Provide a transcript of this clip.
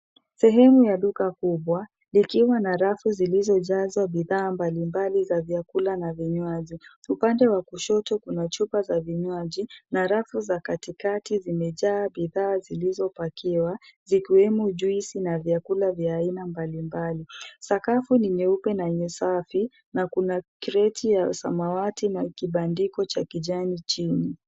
Sehemu ya duka kubwa, ikiwa na rafu zilizojazwa bidhaa mbalimbali za vyakula na vinywaji. Upande wa kushoto kuna chupa za vinywaji na rafu za katikati zimejaa bidhaa zilizopakiwa zikiwemo juisi na vyakula vya aina mbalimbali. Sakafu ni nyeupe na ni safi na kuna kreti ya samawati na kibandiko cha kijani chini.